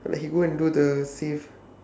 like he go and do the save